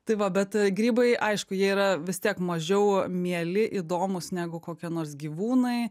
tai va bet grybai aišku jie yra vis tiek mažiau mieli įdomūs negu kokie nors gyvūnai